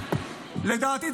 לדעתי,